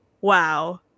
Wow